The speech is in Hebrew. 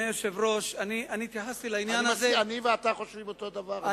אני ואתה חושבים אותו דבר.